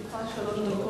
לרשותך שלוש דקות.